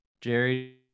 Jerry